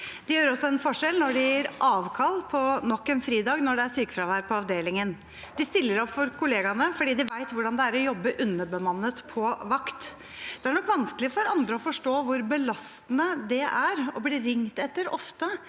De gjør også en forskjell når de gir avkall på nok en fridag når det er sykefravær på avdelingen. De stiller opp for kollegaene fordi de vet hvordan det er å jobbe underbemannet på vakt. Det er nok vanskelig for andre å forstå hvor belastende det er å bli ringt etter ofte